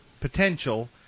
potential